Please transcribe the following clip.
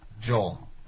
Joel